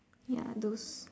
ya those